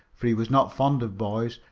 for he was not fond of boys,